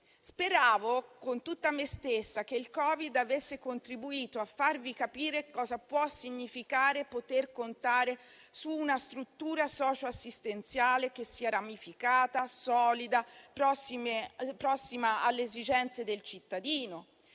speravo con tutta me stessa che il Covid avesse contribuito a farvi capire cosa può significare poter contare su una struttura socioassistenziale che sia ramificata, solida, prossima alle esigenze del cittadino;